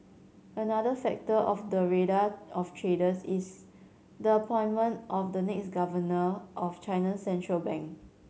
another factor on the radar of traders is the appointment of the next governor of China's central bank